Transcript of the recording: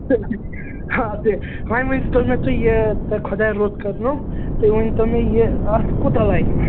تہٕ ہا تہٕ وۅنۍ ؤنۍتو تُہۍ مےٚ یہِ تۄہہِ خۄدا رُت کوٚرنو تُہۍ ؤنۍتو مےٚ یہِ اتھ کوٗتاہ لَگہِ وۅنۍ